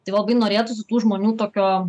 tai labai norėtųsi tų žmonių tokio